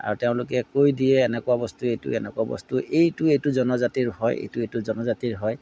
আৰু তেওঁলোকে কৈ দিয়ে এনেকুৱা বস্তু এইটো এনেকুৱা বস্তু এইটো এইটো জনজাতিৰ হয় এইটো এইটো জনজাতিৰ হয়